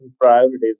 priorities